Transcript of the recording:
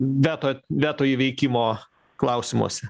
veto veto įveikimo klausimuose